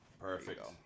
Perfect